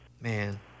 Man